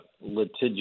litigious